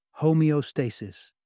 homeostasis